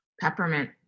Peppermint